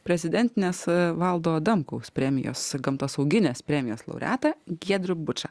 prezidentinės valdo adamkaus premijos gamtosauginės premijos laureatą giedrių bučą